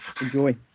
Enjoy